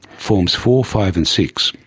forms four, five and six,